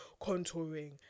contouring